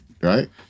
Right